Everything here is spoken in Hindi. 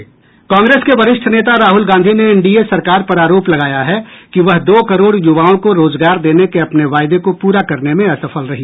कांग्रेस के वरिष्ठ नेता राहुल गांधी ने एनडीए सरकार पर आरोप लगाया है कि वह दो करोड़ युवाओं को रोजगार देने के अपने वायदे को पूरा करने में असफल रही